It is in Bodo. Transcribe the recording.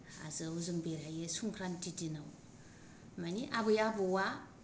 हाजोआव जों बेरायो संक्रान्ति दिनाव माने आबै आबौआ